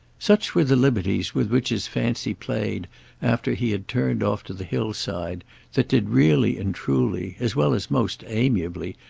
such were the liberties with which his fancy played after he had turned off to the hillside that did really and truly, as well as most amiably,